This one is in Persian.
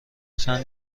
چند